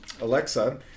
Alexa